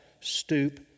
stoop